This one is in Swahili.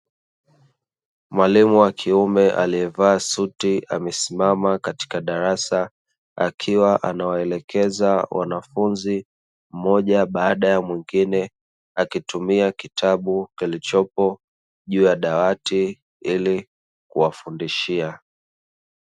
Mwalimu wa kiume aliyevaa suti amesimama katika darasa akiwa anawaelekeza wanafunzi mmoja baada ya mwingine, akitumia kitabu kilichopo juu ya dawati ili kuwafundishia.